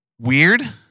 Weird